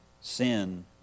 sin